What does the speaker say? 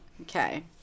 Okay